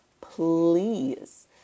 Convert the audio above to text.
please